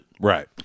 Right